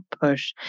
push